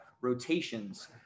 rotations